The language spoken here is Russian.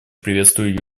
приветствую